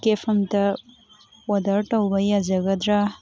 ꯀꯦꯕ ꯑꯝꯇ ꯑꯣꯗꯔ ꯇꯧꯕ ꯌꯥꯖꯒꯗ꯭ꯔꯥ